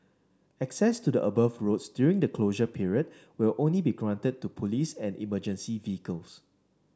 access to the above roads during the closure period will only be granted to police and emergency vehicles